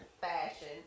Fashion